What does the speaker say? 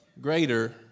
greater